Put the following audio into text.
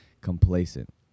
complacent